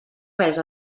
res